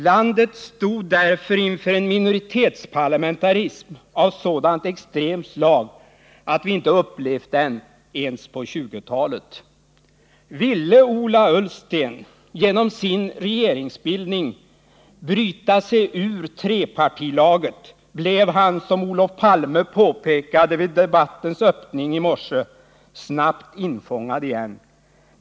Landet stod därför inför en minoritetsparlamentarism av sådant extremt slag att vi inte upplevt den ens på 1920-talet. Ville Ola Ullsten genom sin regeringsbildning bryta sig ur trepartilaget blev han, som Olof Palme påpekade vid debattens öppning i morse, snabbt infångad igen.